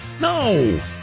No